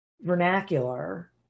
vernacular